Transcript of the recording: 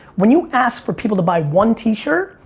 when you ask for people to buy one tee shirt,